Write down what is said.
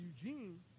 Eugene